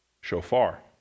shofar